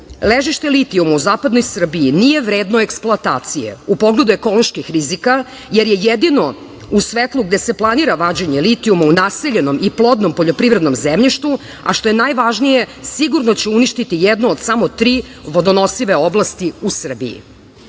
ležišta litijuma u zapadnoj Srbiji nije vredno eksploatacije, u pogledu ekoloških rizika, jer je jedino u svetlu gde se planira vađenje litijuma u naseljenom i plodnom poljoprivrednom zemljištu, a što je najvažnije sigurno će uništiti jednu od samo tri vodonosive oblasti u Srbiji".Ako